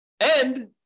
And-